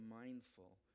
mindful